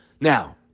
Now